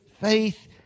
faith